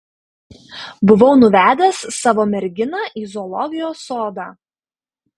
buvau nuvedęs savo merginą į zoologijos sodą